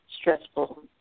stressful